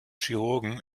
chirurgen